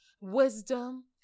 wisdom